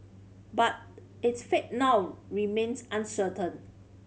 but its fate now remains uncertain